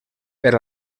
per